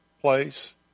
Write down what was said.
place